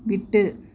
விட்டு